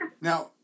Now